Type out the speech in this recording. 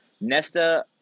Nesta